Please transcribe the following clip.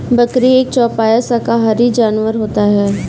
बकरी एक चौपाया शाकाहारी जानवर होता है